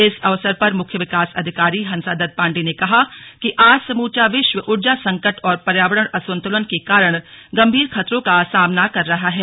इस अवसर पर मुख्य विकास अधिकारी हंसादत्त पाण्डे ने कहा कि आज समूचा विश्व ऊर्जा संकट और पर्यावरण असंतुलन के कारण गंभीर खतरों का सामना कर रहा है